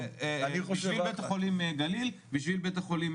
בשביל בית החולים גליל בשביל בית החולים